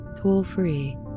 tool-free